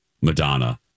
Madonna